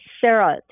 Sarah